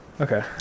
Okay